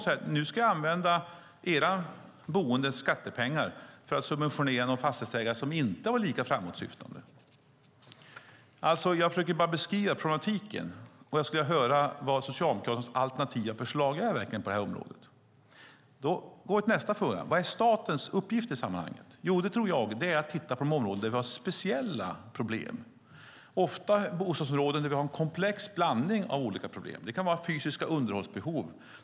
Ska jag säga: Nu ska jag använda era boendes skattepengar för att subventionera någon fastighetsägare som inte har varit lika framåtsyftande? Jag försöker bara beskriva problematiken, och jag skulle vilja höra vad Socialdemokraternas alternativa förslag är på detta område. Nästa fråga är: Vad är statens uppgift i sammanhanget? Jag tror att den är att titta på de områden där vi har speciella problem. Det är ofta bostadsområden där det finns en komplex blandning av olika problem. Det kan vara fysiska underhållsbehov.